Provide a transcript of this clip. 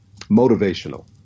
motivational